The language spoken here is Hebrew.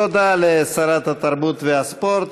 תודה לשרת התרבות והספורט.